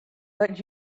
but